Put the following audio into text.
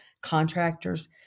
contractors